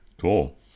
cool